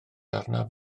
arnaf